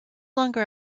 longer